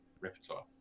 repertoire